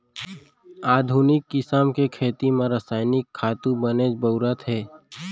आधुनिक किसम के खेती म रसायनिक खातू बनेच बउरत हें